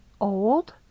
old